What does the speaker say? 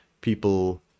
people